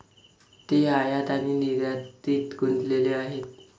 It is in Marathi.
ते आयात आणि निर्यातीत गुंतलेले आहेत